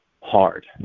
hard